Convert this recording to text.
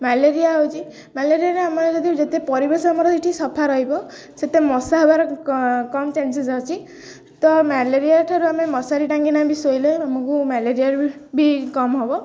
malaria ହେଉଛି ମ୍ୟାଲେରିଆରେ ଆମର ଯଦି ଯେତେ ପରିବେଶ ଆମର ସେଠି ସଫା ରହିବ ସେତେ ମଶା ହେବାର କମ୍ ଚାନସେନ୍ସ ଅଛି ତ ମ୍ୟାଲେରିଆ ଠାରୁ ଆମେ ମଶାରୀ ଟାଙ୍ଗି ବି ଶୋଇଲେ ଆମକୁ ମ୍ୟାଲେରିଆ ବି କମ ହବ